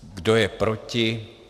Kdo je proti?